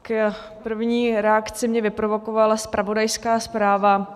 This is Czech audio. K první reakci mě vyprovokovala zpravodajská zpráva.